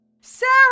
Sarah